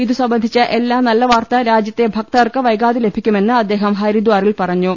ഇതുസംബന്ധിച്ച നല്ല വാർത്ത രാജ്യത്തെ ഭക്തർക്ക് വൈകാതെ ലഭിക്കുമെന്ന് അദ്ദേഹം ഹരിദാ റിൽ പറഞ്ഞു